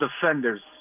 defenders